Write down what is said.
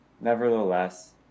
nevertheless